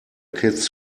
kids